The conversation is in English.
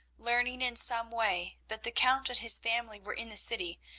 learning in some way, that the count and his family were in the city,